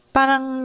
parang